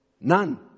None